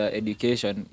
education